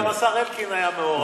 גם השר אלקין, גם השר אלקין היה מעורב.